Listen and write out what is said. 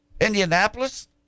Indianapolis